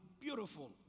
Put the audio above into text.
beautiful